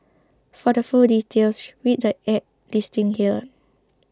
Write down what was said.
for the full details read the ad's listing here